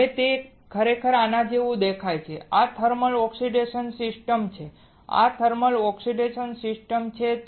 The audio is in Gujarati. હવે તે ખરેખર આના જેવું દેખાય છે આ થર્મલ ઓક્સિડેશન સિસ્ટમ છે આ થર્મલ ઓક્સિડેશન સિસ્ટમ છે